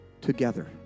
together